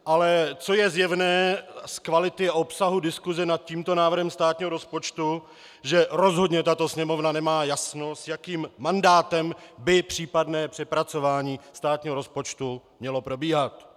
Ale co je zjevné z kvality a obsahu diskuse nad tímto návrhem státního rozpočtu, že rozhodně tato Sněmovna nemá jasno, s jakým mandátem by případné přepracování státního rozpočtu mělo probíhat.